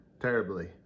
terribly